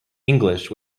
english